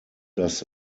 das